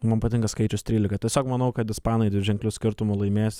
man patinka skaičius trylika tiesiog manau kad ispanai dviženkliu skirtumu laimės